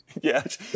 yes